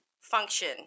function